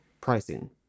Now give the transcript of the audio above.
Pricing